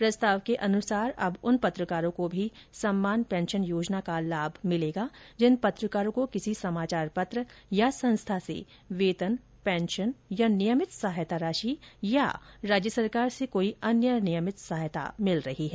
प्रस्ताव के अनुसार अब उन पत्रकारों को भी सम्मान पेंशन योजना का लाभ मिल सकेगा जिन पत्रकारों को किसी समाचार पत्र या संस्था से वेतन पेंशन या नियमित सहायता राशि या राज्य सरकार से कोई अन्य नियमित सहायता प्राप्त हो रही है